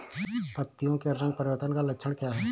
पत्तियों के रंग परिवर्तन का लक्षण क्या है?